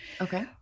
Okay